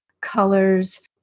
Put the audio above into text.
colors